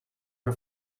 her